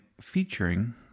Featuring